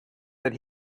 that